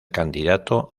candidato